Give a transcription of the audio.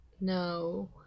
No